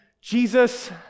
Jesus